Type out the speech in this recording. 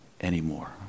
anymore